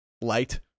light